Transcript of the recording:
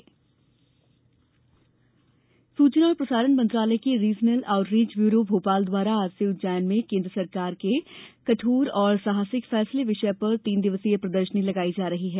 प्रदर्शनी सूचना और प्रसारण मंत्रालय के regional out reach bureau Bhopal द्वारा आज से उज्जैन में केंद्र सरकार के कठोर और साहसिक फैसले विषय पर तीन दिवसीय प्रदर्शनी लगाई जा रही है